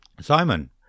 Simon